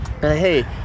Hey